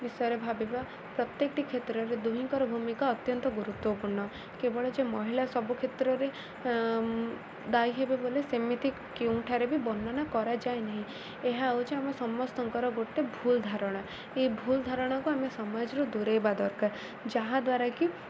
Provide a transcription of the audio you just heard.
ବିଷୟରେ ଭାବିବା ପ୍ରତ୍ୟେକଟି କ୍ଷେତ୍ରରେ ଦୁହିଁଙ୍କର ଭୂମିକା ଅତ୍ୟନ୍ତ ଗୁରୁତ୍ୱପୂର୍ଣ୍ଣ କେବଳ ଯେ ମହିଳା ସବୁ କ୍ଷେତ୍ରରେ ଦାୟୀ ହେବେ ବୋଲି ସେମିତି କେଉଁଠାରେ ବି ବର୍ଣ୍ଣନା କରାଯାଏ ନାହିଁ ଏହା ହେଉଛି ଆମେ ସମସ୍ତଙ୍କର ଗୋଟେ ଭୁଲ୍ ଧାରଣା ଏଇ ଭୁଲ୍ ଧାରଣାକୁ ଆମେ ସମାଜରୁ ଦୂରେଇବା ଦରକାର ଯାହାଦ୍ୱାରା କି